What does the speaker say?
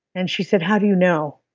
and she said, how do you know?